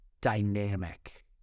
dynamic